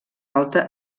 alta